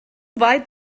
weit